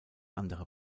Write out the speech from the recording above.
andere